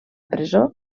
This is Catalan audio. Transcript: presó